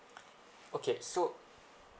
okay so